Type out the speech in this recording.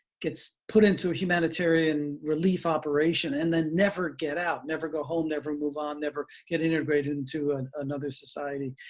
gets put into a humanitarian relief operation, and then never get out! never go home, never move on, never get integrated into another society.